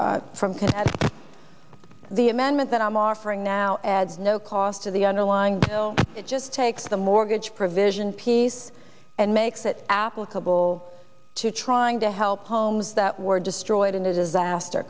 from the amendment that i'm offering now adds no cost to the underlying bill it just takes the mortgage provision piece and makes it applicable to trying to help homes that were destroyed in the disaster